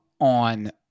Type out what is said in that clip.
on